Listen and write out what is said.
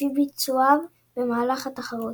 לפי ביצועיו במהלך התחרות.